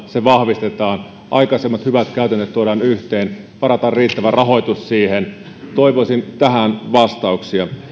se vahvistetaan aikaisemmat hyvät käytännöt tuodaan yhteen varataan riittävä rahoitus siihen toivoisin tähän vastauksia